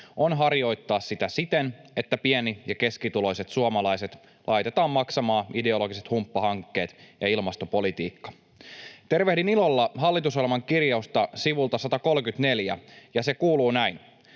on harjoittaa sitä siten, että pieni- ja keskituloiset suomalaiset laitetaan maksamaan ideologiset humppahankkeet ja ilmastopolitiikka. Tervehdin ilolla hallitusohjelman kirjausta sivulta 134, ja se kuuluu näin: